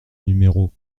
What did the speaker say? numéros